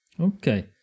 Okay